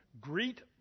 Greet